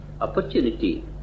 opportunity